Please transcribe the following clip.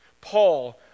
Paul